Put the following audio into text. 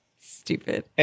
Stupid